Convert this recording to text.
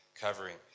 covering